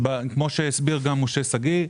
כפי שהסביר משה שגיא,